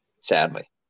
sadly